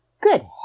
Good